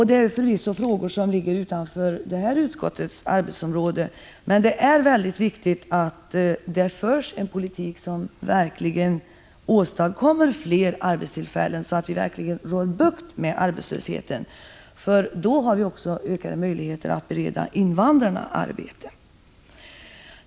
Det är förvisso frågor som ligger utanför det här utskottets arbetsområde, men det är väldigt viktigt att det förs en politik som verkligen åstadkommer fler arbetstillfällen, så att vi får bukt med arbetslösheten. Då får vi också ökad möjlighet att bereda invandrarna arbete.